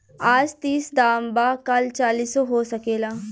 आज तीस दाम बा काल चालीसो हो सकेला